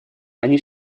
они